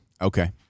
Okay